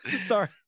Sorry